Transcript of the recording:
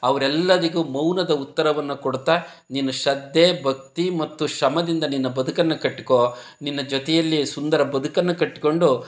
ಅವ್ರೆಲ್ಲದಕು ಮೌನದ ಉತ್ತರವನ್ನು ಕೊಡ್ತಾ ನೀನು ಶ್ರದ್ಧೆ ಭಕ್ತಿ ಮತ್ತು ಶ್ರಮದಿಂದ ನಿನ್ನ ಬದುಕನ್ನು ಕಟ್ಟುಕೋ ನಿನ್ನ ಜೊತೆಯಲ್ಲಿ ಸುಂದರ ಬದುಕನ್ನು ಕಟ್ಟಿಕೊಂಡು